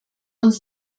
uns